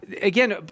Again